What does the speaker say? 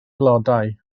blodau